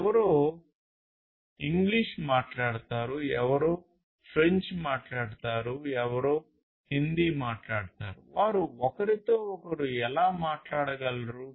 ఎవరో ఇంగ్లీష్ మాట్లాడతారు ఎవరో ఫ్రెంచ్ మాట్లాడతారు ఎవరో హిందీ మాట్లాడతారు వారు ఒకరితో ఒకరు ఎలా మాట్లాడగలరు